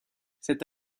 cette